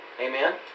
Amen